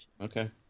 Okay